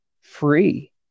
free